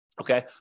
okay